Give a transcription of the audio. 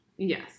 Yes